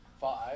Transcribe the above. Five